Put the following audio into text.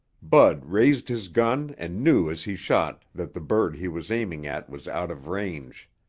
bud raised his gun and knew as he shot that the bird he was aiming at was out of range.